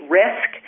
risk